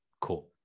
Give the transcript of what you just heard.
Cool